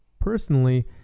personally